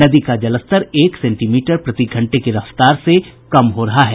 नदी का जलस्तर एक सेंटीमीटर प्रतिघंटे की रफ्तार से कम हो रहा है